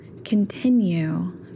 continue